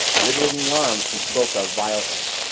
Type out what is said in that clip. wriggling the arms she spoke of violently.